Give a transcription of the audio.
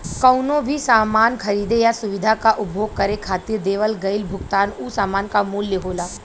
कउनो भी सामान खरीदे या सुविधा क उपभोग करे खातिर देवल गइल भुगतान उ सामान क मूल्य होला